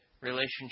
relationship